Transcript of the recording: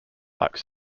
like